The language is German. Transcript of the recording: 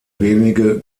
wenige